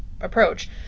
approach